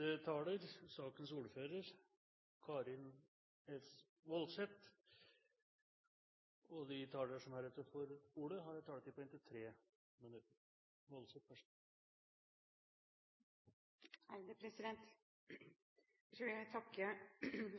De talere som heretter får ordet, har en taletid på inntil 3 minutter. Først vil jeg takke